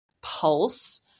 pulse